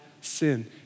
sin